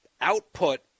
output